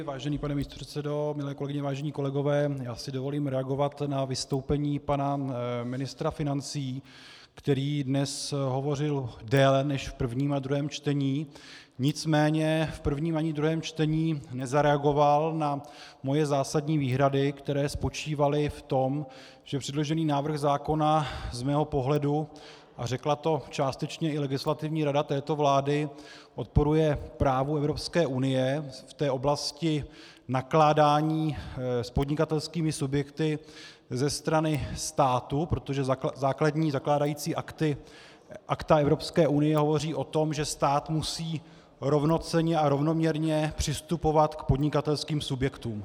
Vážený pane místopředsedo, milé kolegyně, vážení kolegové, já si dovolím reagovat na vystoupení pana ministra financí, který dnes hovořil déle než v prvním a druhém čtení, nicméně v prvním ani druhém čtení nezareagoval na moje zásadní výhrady, které spočívaly v tom, že předložený návrh zákona z mého pohledu a řekla to částečně i Legislativní rada této vlády odporuje právu Evropské unie v té oblasti nakládání s podnikatelskými subjekty ze strany státu, protože základní zakládající akta Evropské unie hovoří o tom, že stát musí rovnocenně a rovnoměrně přistupovat k podnikatelským subjektům.